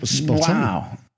wow